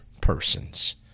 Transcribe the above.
persons